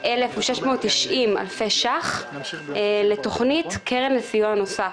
11,690,000 שקלים לתוכנית קרן לסיוע נוסף.